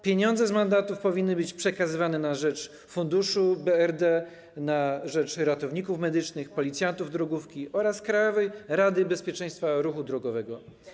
Pieniądze z mandatów powinny być przekazywane na rzecz funduszu DRD, na rzecz ratowników medycznych, policjantów drogówki oraz Krajowej Rady Bezpieczeństwa Ruchu Drogowego.